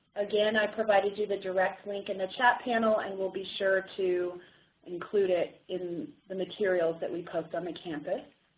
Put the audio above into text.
again, i provided you the direct link in the chat panel and we'll be sure to include it in the materials that we post on the campus.